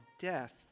death